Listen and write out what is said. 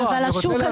לא, אני רוצה להבין.